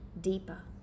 deeper